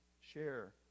share